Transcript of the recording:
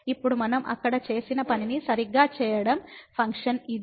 ఇప్పుడు మనం అక్కడ చేసిన పనిని సరిగ్గా చేయడం ఫంక్షన్ ఇది